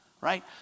right